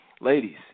ladies